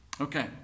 Okay